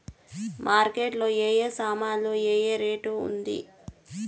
Market లో ఏ ఏ సామాన్లు ఏ ఏ రేటు ఉంది?